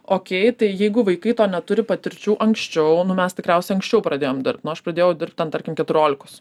okei tai jeigu vaikai to neturi patirčių anksčiau mes tikriausiai anksčiau pradėjom dirbt nu aš pradėjau dirbt ten tarkim keturiolikos